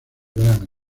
grammy